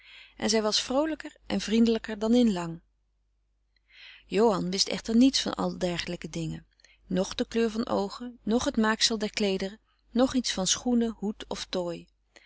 en zij was vroolijker en vriendelijker dan in lang johan wist echter niets van al dergelijke dingen noch de kleur van oogen noch het maaksel der kleederen noch iets van schoenen hoed of tooi